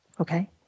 Okay